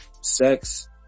sex